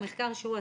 המחקר שהוא עשה,